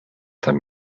tam